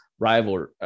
rival